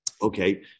Okay